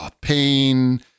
pain